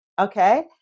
Okay